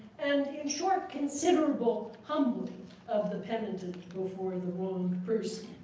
and in short, considerable humbling of the penitent and before the wronged person.